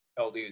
LD